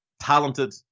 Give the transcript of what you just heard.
Talented